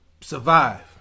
survive